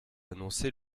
annoncé